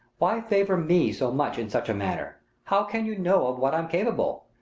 why favour me so much in such a matter? how can you know of what i'm capable?